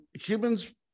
humans